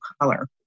color